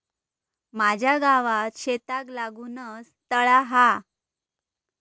माझ्या गावात शेताक लागूनच तळा हा